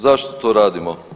Zašto to radimo?